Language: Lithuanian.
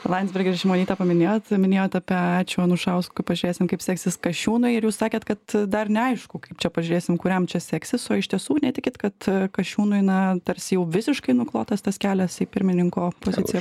landsbergį ir šimonytę paminėjot minėjot apie ačiū anušauskui pažiūrėsim kaip seksis kasčiūnui ir jūs sakėt kad dar neaišku kaip čia pažiūrėsim kuriam čia seksis o iš tiesų netikit kad kasčiūnui na tarsi jau visiškai nuklotas tas kelias į pirmininko poziciją